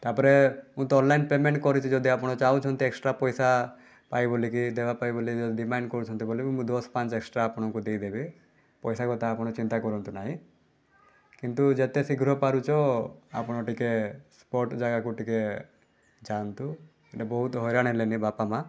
ତା'ପରେ ମୁଁ ତ ଅନଲାଇନ୍ ପେମେଣ୍ଟ କରିଛି ଯଦି ଆପଣ ଚାହୁଁଛନ୍ତି ଏକ୍ସଟ୍ରା ପାଇସା ପାଇଁ ବୋଲକି ଦେବା ପାଇଁ ବୋଲେକେ ଯେଉଁ ଡିମାଣ୍ଡ କରୁଛନ୍ତି ମୁଁ ଦଶ ପାଞ୍ଚ ଏକ୍ସଟ୍ରା ଆପଣଙ୍କୁ ଦେଇଦେବି ପଇସା କଥା ଆପଣ ଚିନ୍ତା କରନ୍ତୁ ନାହିଁ କିନ୍ତୁ ଯେତେ ଶୀଘ୍ର ପାରୁଛ ଆପଣ ଟିକିଏ ସ୍ପଟ୍ ଜାଗାକୁ ଟିକିଏ ଯାଆନ୍ତୁ ମାନେ ବହୁତ ହଇରାଣ ହେଲେଣି ବାପାମା'